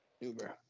uber